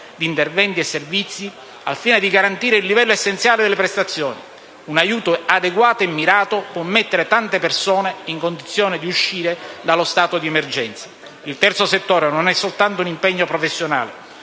di interventi e servizi al fine di garantire il livello essenziale delle prestazioni. Un aiuto adeguato e mirato può mettere tante persone in condizione di uscire dallo stato di emergenza. Il terzo settore non è soltanto un impegno professionale,